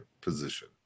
position